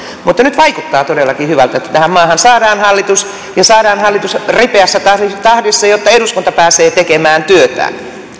mutta nyt vaikuttaa todellakin hyvältä että tähän maahan saadaan hallitus ja saadaan hallitus ripeässä tahdissa tahdissa jotta eduskunta pääsee tekemään työtään